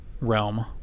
realm